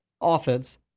Offense